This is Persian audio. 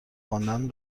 خواندن